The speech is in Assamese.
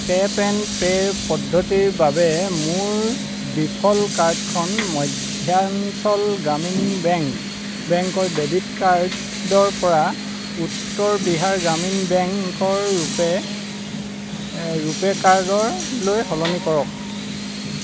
টেপ এণ্ড পে' পদ্ধতিৰ বাবে মোৰ ডিফ'ল্ট কাৰ্ডখন মধ্যাঞ্চল গ্ৰামীণ বেংক বেংকৰ ডেবিট কাৰ্ডৰপৰা উত্তৰ বিহাৰ গ্ৰামীণ বেংকৰ ৰুপে ৰুপে কাৰ্ডলৈ সলনি কৰক